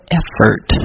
effort